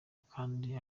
kandi